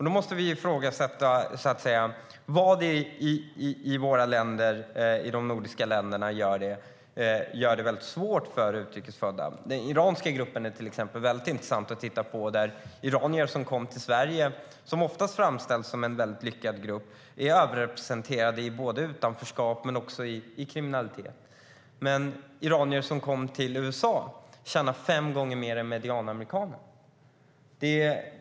Då måste vi ifrågasätta vad det är i de nordiska länderna som gör det svårt för utrikes födda. Den iranska gruppen är ett väldigt intressant exempel att titta på. Iranier som kommit till Sverige, som oftast framställs som en väldigt lyckad grupp, är överrepresenterade i både utanförskap och kriminalitet. Men iranier som kommit till USA tjänar fem gånger mer än medianamerikanen.